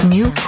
New